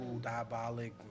Diabolic